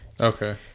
Okay